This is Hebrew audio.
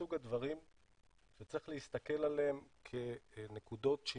מסוג הדברים שצריך להסתכל עליהם כנקודות שינוי.